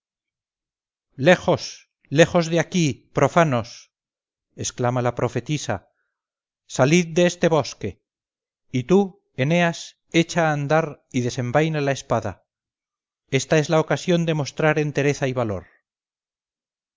lejos lejos de aquí profanos exclama la profetisa salid de este bosque y tú eneas echa a andar y desenvaina la espada esta es la ocasión de mostrar entereza y valor